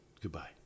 Goodbye